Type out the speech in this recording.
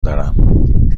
دارم